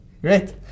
great